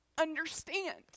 understand